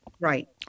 right